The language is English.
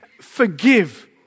forgive